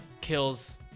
kills